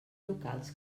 locals